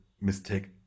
mistake